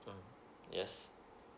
mm yes